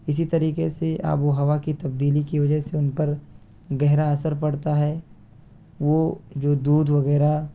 اسی طریقے سے آب و ہوا کی تبدیلی کی وجہ سے ان پر گہرا اثر پڑتا ہے وہ جو دودھ وغیرہ